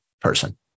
person